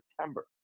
September